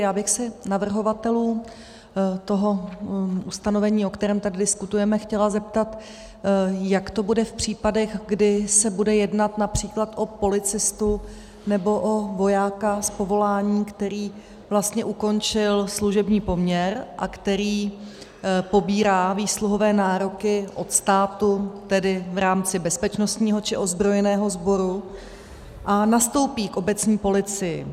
Já bych se navrhovatelů toho ustanovení, o kterém tak diskutujeme, chtěla zeptat, jak to bude v případech, kdy se bude jednat například o policistu nebo o vojáka z povolání, který ukončil služební poměr a který pobírá výsluhové nároky od státu, tedy v rámci bezpečnostního či ozbrojeného sboru, a nastoupí k obecní policii.